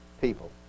people